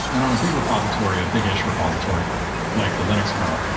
and on a big repository, a biggish repository like the linux kernel,